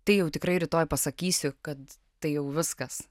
tai jau tikrai rytoj pasakysiu kad tai jau viskas